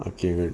okay good